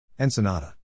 Ensenada